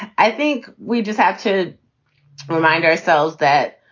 i think we just have to remind ourselves that.